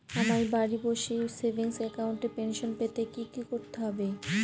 আমায় বাড়ি বসে সেভিংস অ্যাকাউন্টে পেনশন পেতে কি কি করতে হবে?